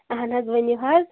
اہن حظ ؤنِو حظ